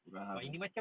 kurang